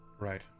Right